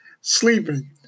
sleeping